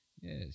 Yes